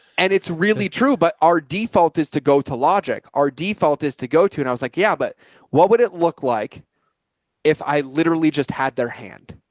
and it's really true. but our default is to go to logic. our default is to go to, and i was like, yeah, but what would it look like if i literally just had their hand?